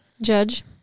Judge